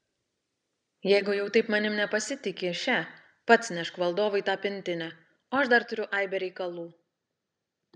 jeigu jau taip manimi nepasitiki še pats nešk valdovui tą pintinę o aš dar turiu aibę reikalų